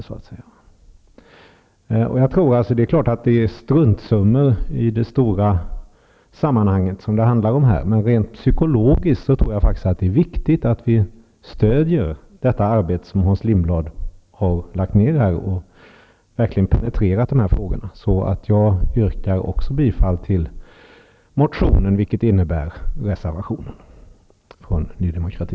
Det handlar här självfallet om struntsummor sett i det stora sammanhanget. Men jag tror att det rent psykologiskt är viktigt att vi stödjer det arbete som Hans Lindblad har lagt ner där han verkligen har penetrerat dessa frågor. Också jag yrkar därför bifall till motionen, vilket innebär bifall till reservationen från Ny demokrati.